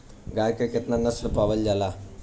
गाय के केतना नस्ल पावल जाला?